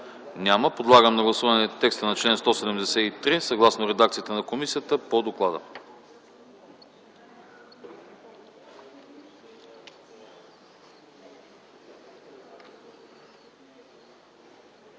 Няма. Подлагам на гласуване текста на чл. 178, съгласно редакцията на комисията по доклада.